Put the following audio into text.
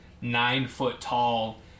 nine-foot-tall